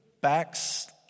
backs